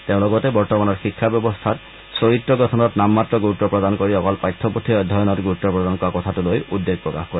তেওঁ লগতে বৰ্তমানৰ শিক্ষা ব্যৱস্থাত চৰিত্ৰ গঠনৰ ওপৰত নামমাত্ৰ গুৰুত্ব প্ৰদান কৰি অকল পাঠ্যপুথি অধ্যয়নৰ ওপৰত গুৰুত্ব প্ৰদান কৰা কথাটো লৈ উদ্বেগ প্ৰকাশ কৰে